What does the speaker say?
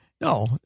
No